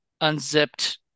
unzipped